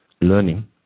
learning